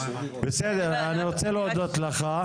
אני רוצה להודות לך.